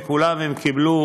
מכולם הם קיבלו